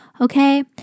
okay